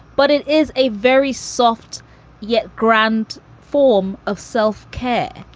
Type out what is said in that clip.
but it is a very soft yet grand form of self care.